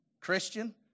Christian